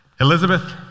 Elizabeth